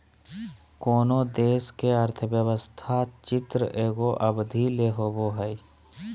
कोनो देश के अर्थव्यवस्था चित्र एगो अवधि ले होवो हइ